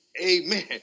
Amen